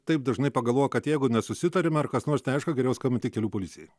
taip dažnai pagalvoja kad jeigu nesusitariame ar kas nors neaišku geriau skambinti kelių policijai